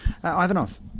Ivanov